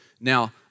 Now